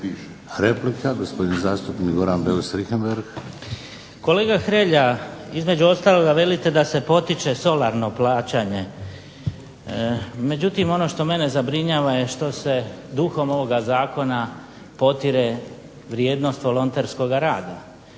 **Beus Richembergh, Goran (HNS)** Kolega Hrelja, između ostaloga velite da se potiče solarno plaćanje, međutim ono što mene zabrinjava je što se duhom ovoga zakona potire vrijednost volonterskoga rada,